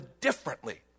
differently